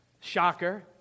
Shocker